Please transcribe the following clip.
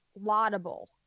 laudable